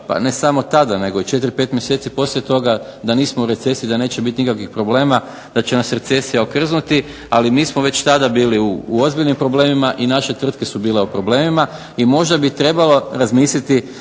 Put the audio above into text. pa ne samo tada nego 4, 5 mjeseci poslije toga da nismo u recesiji i da neće biti nikakvih problema, da će nas recesija okrznuti, ali mi smo već tada bili u ozbiljnim problemima i naše tvrtke su bile u problemima. I možda bi trebalo razmisliti